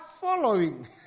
following